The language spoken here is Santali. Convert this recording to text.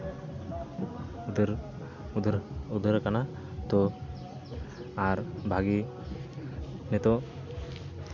ᱩᱫᱷᱟᱹᱨ ᱩᱫᱷᱟᱹᱨ ᱩᱫᱷᱟᱹᱨ ᱠᱟᱱᱟ ᱛᱚ ᱟᱨ ᱵᱷᱟᱜᱮ ᱱᱤᱛᱚᱜ